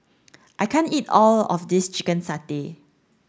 I can't eat all of this chicken satay